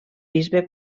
bisbe